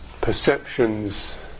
perceptions